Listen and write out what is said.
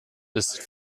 ist